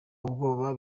ubwoba